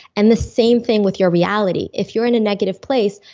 and the same thing with your reality. if you're in a negative place,